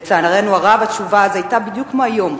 לצערנו הרב התשובה אז היתה בדיוק כמו היום,